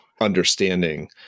understanding